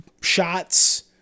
shots